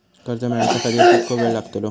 कर्ज मेलाच्या खातिर कीतको वेळ लागतलो?